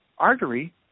artery